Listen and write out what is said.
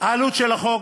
העלות של החוק,